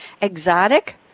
exotic